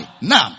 Now